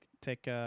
take